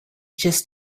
just